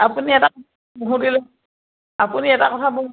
আপুনি এটা কথা নুসুধিলোঁ আপুনি এটা কথা মোক